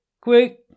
Quick